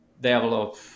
develop